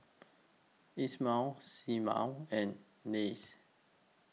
Ismael Seamus and Lia